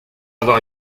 avoir